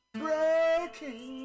breaking